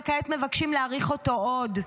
וכעת מבקשים להאריך אותו עוד.